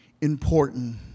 important